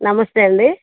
నమస్తే అండీ